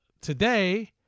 today